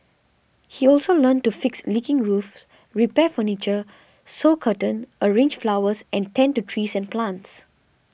he also learnt to fix leaking roofs repair furniture sew curtains arrange flowers and tend to trees and plants